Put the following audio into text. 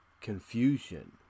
confusion